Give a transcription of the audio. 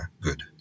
good